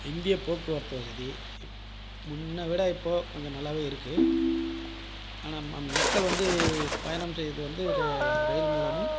இந்திய போக்குவரத்து வசதி முன்னை விட இப்போது கொஞ்சம் நல்லாவே இருக்குது ஆனால் ம மக்கள் வந்து பயணம் செய்வது வந்து ர ரயில் மூலமும்